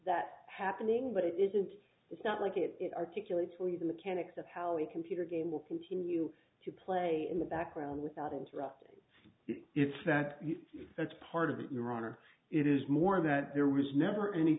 that happening but it isn't it's not like it articulates for you the mechanics of how a computer game will continue to play in the background without interrupting if that that's part of it your honor it is more that there was never any